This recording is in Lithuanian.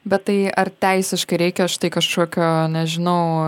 bet tai ar teisiškai reikia štai kažkokio nežinau